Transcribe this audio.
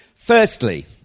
Firstly